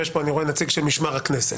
אני רואה נציג של משמר הכנסת.